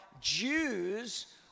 Jews